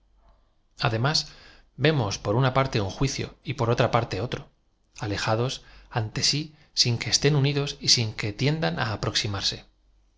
además vemos por una parte un juicio y por otra parte otro alejados entre si sin que estén unidos y sin que tiendan á aproximarse